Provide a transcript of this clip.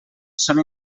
són